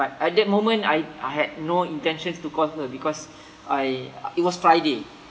but at that moment I I had no intention to call her because I it was friday